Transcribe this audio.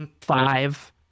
five